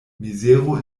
mizero